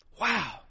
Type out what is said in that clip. Wow